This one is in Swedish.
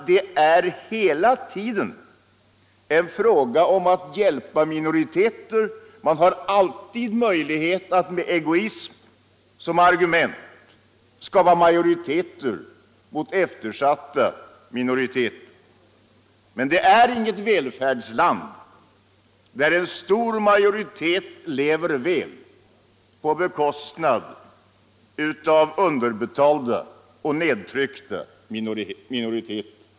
Det gäller dessutom här att hjälpa en minoritet, och man har alltid möjlighet att med egoism som argument skapa majoriteter mot eftersatta grupper. Vi har inget välfärdsland, när en stor majoritet lever väl på bekostnad av underbetalda och nedtryckta minoriteter.